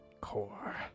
Core